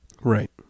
Right